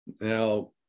Now